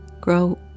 Grow